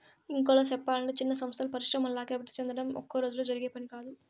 ఇంకోలా సెప్పలంటే చిన్న సంస్థలు పరిశ్రమల్లాగా అభివృద్ధి సెందడం ఒక్కరోజులో జరిగే పని కాదు